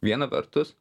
viena vertus